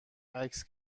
عکس